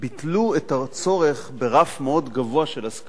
ביטלו את הצורך ברף מאוד גבוה של הסכמת